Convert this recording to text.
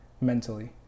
mentally